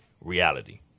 reality